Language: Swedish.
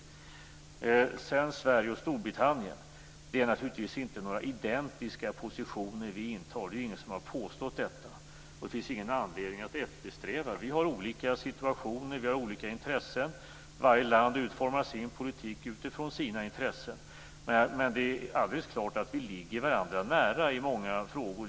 När det gäller Sverige och Storbritannien är det naturligtvis inte identiska positioner som vi intar. Ingen har påstått det och det finns heller ingen anledning att eftersträva något sådant. Vi har olika situationer och olika intressen. Varje land utformar sin politik utifrån sina intressen. Men det är alldeles klart att vi i många frågor ligger varandra nära.